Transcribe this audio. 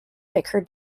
vicar